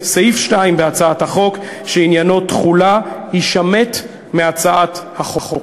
סעיף 2 בהצעת החוק שעניינו תחולה יישמט מהצעת החוק.